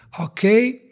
okay